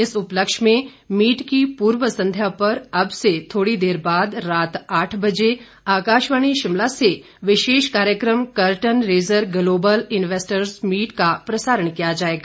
इस उपलक्ष्य में मीट की पूर्व संध्या पर अब से थोड़ी देर बाद रात आठ बजे आकाशवाणी शिमला से विशेष कार्यक्रम curtain raiser global investors meet का प्रसारण किया जाएगा